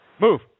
Move